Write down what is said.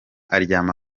aryama